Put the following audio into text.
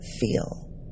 feel